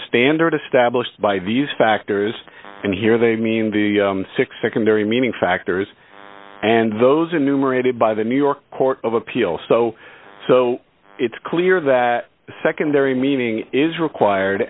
standard established by these factors and here they mean the six secondary meaning factors and those enumerated by the new york court of appeal so so it's clear that secondary meaning is required